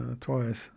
twice